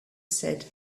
said